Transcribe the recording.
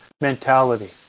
mentality